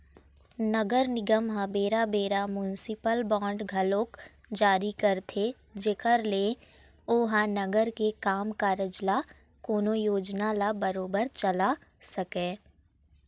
नगर निगम ह बेरा बेरा म्युनिसिपल बांड घलोक जारी करथे जेखर ले ओहा नगर के काम कारज ल कोनो योजना ल बरोबर चला सकय